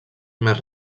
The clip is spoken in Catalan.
més